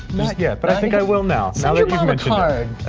yeah but i think i will now mom a card,